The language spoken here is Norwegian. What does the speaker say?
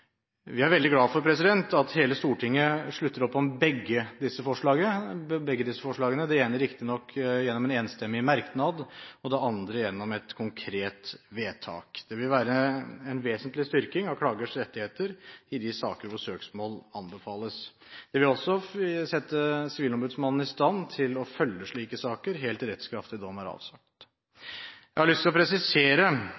Vi er veldig glad for at hele Stortinget slutter opp om begge disse forslagene – det ene riktignok gjennom en enstemmig merknad og det andre gjennom et konkret vedtak. Det vil være en vesentlig styrking av klagers rettigheter i de saker hvor søksmål anbefales. Det vil også sette Sivilombudsmannen i stand til å følge slike saker helt til rettskraftig dom er